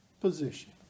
position